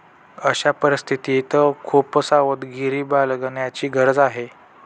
अशा परिस्थितीत खूप सावधगिरी बाळगण्याची गरज आहे